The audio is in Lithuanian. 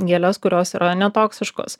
gėles kurios yra ne toksiškos